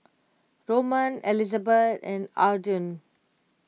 Roman Elizabeth and Aaden